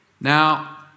Now